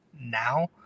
now